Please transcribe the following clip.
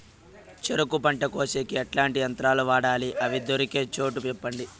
చెరుకు పంట కోసేకి ఎట్లాంటి యంత్రాలు వాడాలి? అవి దొరికే చోటు చెప్పండి?